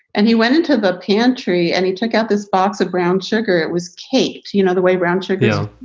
and he went into the pantry and he took out this box of brown sugar. it was kate, you know, the way round sugar.